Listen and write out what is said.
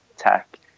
tech